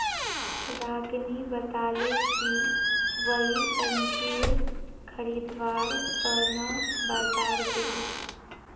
रागिनी बताले कि वई अंजीर खरीदवार त न बाजार गेले